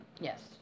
Yes